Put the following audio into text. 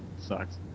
Sucks